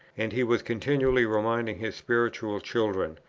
and he was continually reminding his spiritual children,